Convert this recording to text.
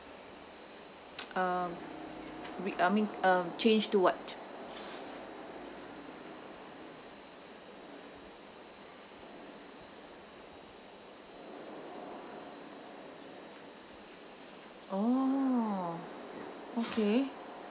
uh we I mean uh change to what oh okay